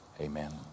amen